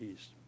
East